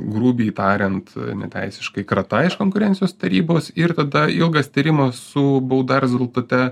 grubiai tariant neteisiškai krata iš konkurencijos tarybos ir tada ilgas tyrimas su bauda rezultate